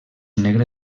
negre